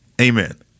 Amen